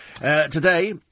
Today